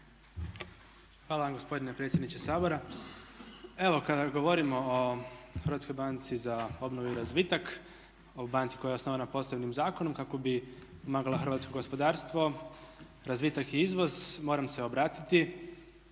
vam gospodine predsjedniče Sabora. Evo kada govorimo o HBOR-u, o banci koja je osnovana posebnim zakonom kako bi pomagala hrvatsko gospodarstvo, razvitak i izvoz moram se obratiti,